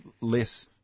less